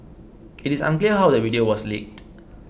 it is unclear how the video was leaked